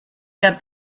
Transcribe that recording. der